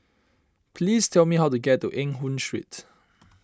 please tell me how to get to Eng Hoon Street